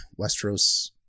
westeros